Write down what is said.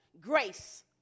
grace